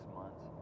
months